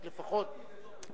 לפחות.